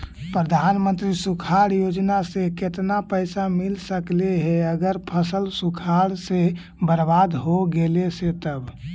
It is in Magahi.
प्रधानमंत्री सुखाड़ योजना से केतना पैसा मिल सकले हे अगर फसल सुखाड़ से बर्बाद हो गेले से तब?